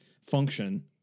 function